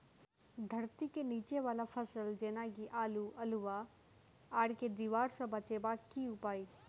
धरती केँ नीचा वला फसल जेना की आलु, अल्हुआ आर केँ दीवार सऽ बचेबाक की उपाय?